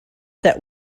that